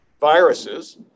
viruses